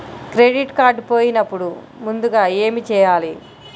Credit card పోయినపుడు ముందుగా ఏమి చేయాలి?